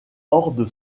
horde